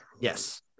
yes